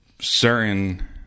certain